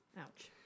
Ouch